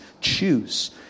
Choose